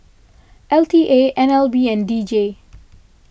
l T A N L B and D J